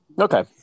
Okay